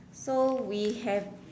so we have